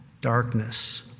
darkness